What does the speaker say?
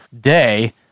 day